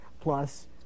plus